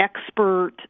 expert